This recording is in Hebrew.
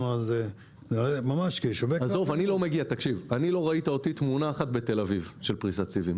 לא ראית תמונה אחת שלי של פריסת סיבים בתל אביב.